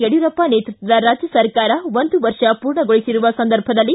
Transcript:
ಯಡಿಯೂರಪ್ಪ ನೇತೃತ್ವದ ರಾಜ್ಯ ಸರ್ಕಾರವು ಒಂದು ವರ್ಷ ಪೂರ್ಣಗೊಳಿಸಿರುವ ಸಂದರ್ಭದಲ್ಲಿ